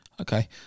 Okay